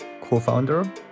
co-founder